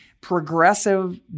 progressive